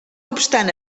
obstant